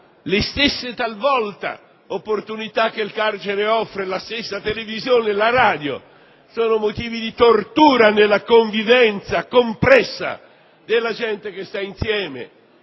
le stesse opportunità che il carcere offre - la stessa televisione e la radio - sono motivi di tortura nella convivenza compressa della gente che sta insieme.